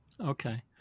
Okay